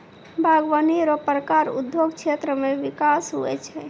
बागवानी रो प्रकार उद्योग क्षेत्र मे बिकास हुवै छै